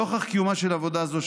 נוכח קיומה של עבודה זו,